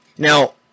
Now